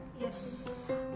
Yes